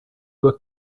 were